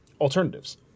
alternatives